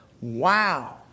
wow